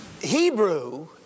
Hebrew